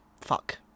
Fuck